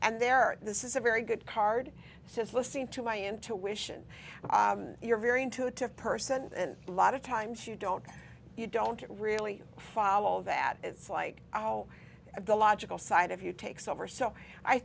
and there this is a very good card says listening to my intuition your very intuitive person in a lot of times you don't you don't really follow that it's like oh the logical side of you takes over so i